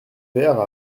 vert